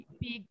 big